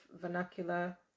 vernacular